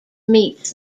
meets